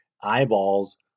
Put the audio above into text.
eyeballs